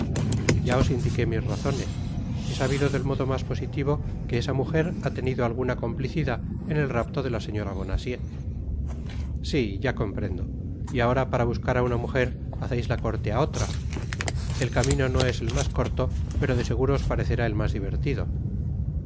ya os indiqué mis razones he sabido del modo mas positivo que esa mujer ha tenido alguna complicidad en el rapto de la señora bonacieux si ya comprendo y ahora para buscar á una mujer haceis la corte á otra el camino no es el mas corto pero de seguro os parecerá el mas divertido